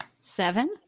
Seven